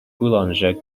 boulanger